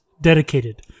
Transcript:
dedicated